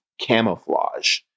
camouflage